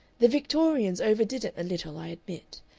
the victorians over-did it a little, i admit.